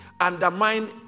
undermine